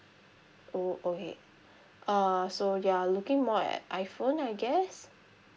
oh okay uh so you are looking more at iphone I guess